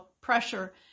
pressure